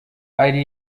ari